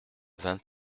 vingt